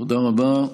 תודה רבה.